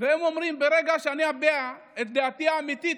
והם אומרים: ברגע שאני אביע את דעתי האמיתית,